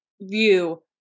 view